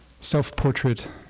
Self-portrait